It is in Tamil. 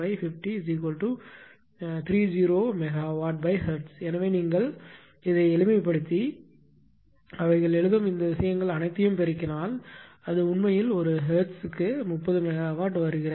5×10005030 MWHz எனவே நீங்கள் இதை எளிமைப்படுத்தி அவர்கள் எழுதும் இந்த விஷயங்கள் அனைத்தையும் பெருக்கினால் அது உண்மையில் ஒரு ஹெர்ட்ஸுக்கு 30 மெகாவாட் வருகிறது